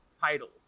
titles